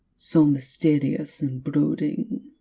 so mysterious and brooding.